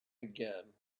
again